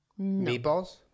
Meatballs